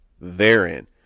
therein